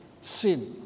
sin